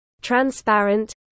transparent